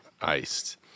Iced